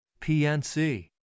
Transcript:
PNC